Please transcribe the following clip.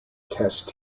test